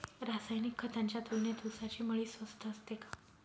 रासायनिक खतांच्या तुलनेत ऊसाची मळी स्वस्त असते का?